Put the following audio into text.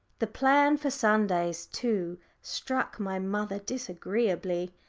the plan for sundays, too, struck my mother disagreeably.